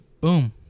boom